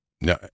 No